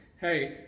hey